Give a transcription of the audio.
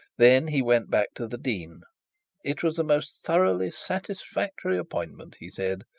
then he went back to the dean it was the most thoroughly satisfactory appointment, he said,